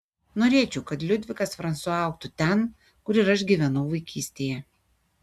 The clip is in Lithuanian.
norėčiau kad liudvikas fransua augtų ten kur ir aš gyvenau vaikystėje